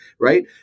right